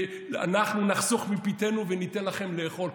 אנחנו נחסוך מפיתנו וניתן לכם לאכול,